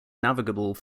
navigable